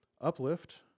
Uplift